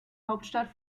hauptstadt